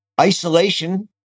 Isolation